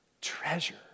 treasure